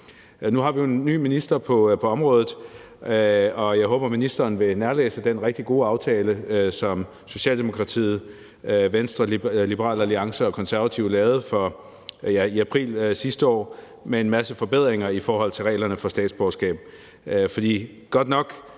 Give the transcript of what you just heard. Nu har vi jo en ny minister på området, og jeg håber, at ministeren vil nærlæse den rigtig gode aftale, som Socialdemokratiet, Venstre, Liberal Alliance og De Konservative lavede i april sidste år, med en masse forbedringer i forhold til reglerne for statsborgerskab.